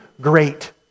great